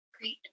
Great